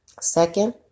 Second